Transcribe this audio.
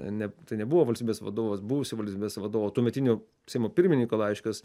ne tai nebuvo valstybės vadovas buvusio valstybės vadovo tuometinio seimo pirmininko laiškas